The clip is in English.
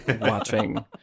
watching